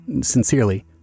sincerely